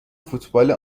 فوتبال